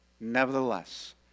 nevertheless